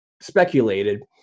speculated